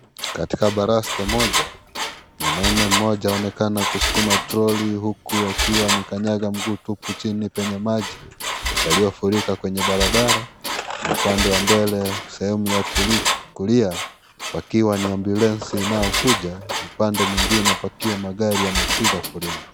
Katika baraste moja, mwanamume mmoja aonekana kusukuma troli huku akiwa amekanyaga mguu tupu chini penye maji yaliyofurika kwenye barabara na upande wa mbele ya sehemu ya kulia pakiwa ni ambulensi inao kuja upande mwingine pakiwa magari yamepiga foleni.